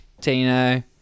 Tino